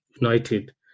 united